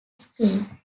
screen